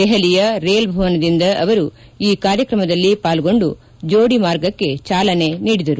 ದೆಹಲಿಯ ರೈಲ್ ಭವನದಿಂದ ಅವರು ಈ ಕಾರ್ಯಕ್ರಮದಲ್ಲಿ ಪಾಲ್ಗೊಂಡು ಜೋಡಿ ಮಾರ್ಗಕ್ಕೆ ಚಾಲನೆ ನೀಡಿದರು